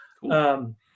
Cool